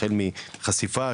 החל מחשיפה,